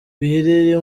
biherereye